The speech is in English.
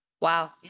Wow